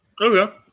okay